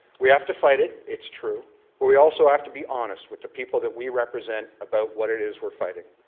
we have to fight it. it's true. but we also have to be honest with the people that we represent about what it is that we're fighting.